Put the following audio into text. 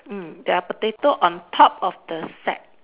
mm there are potato on top of the set